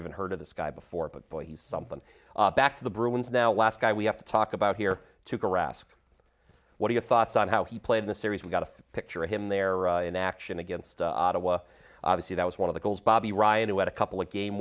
even heard of this guy before but boy he's something back to the bruins now last guy we have to talk about here to grasp what are your thoughts on how he played the series we got a picture of him there in action against obviously that was one of the goals bobby ryan who had a couple of game